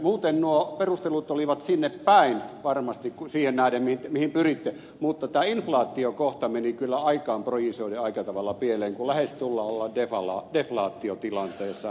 muuten nuo perustelut olivat sinnepäin varmasti siihen nähden mihin pyritte mutta inflaatio kohta meni kyllä aikaan projisoiden aika tavalla pieleen kun lähestulkoon ollaan deflaatiotilanteessa